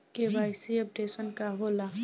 KYC updation का होला?